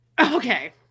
okay